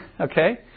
okay